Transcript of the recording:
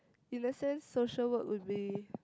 in a sense social work will be